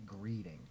greeting